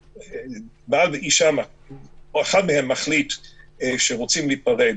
שבעל ואישה או אחד מהם מחליט שרוצים להיפרד,